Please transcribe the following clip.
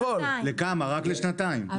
לכמה, רק לשנתיים.